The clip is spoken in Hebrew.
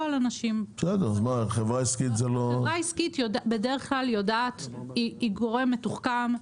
חברה עסקית היא גורם מתוחכם,